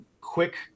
quick